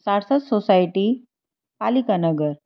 સાર્થસ society Palikanagar